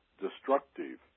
destructive